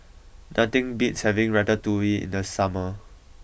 nothing beats having Ratatouille in the summer